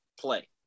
play